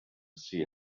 see